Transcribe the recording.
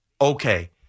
okay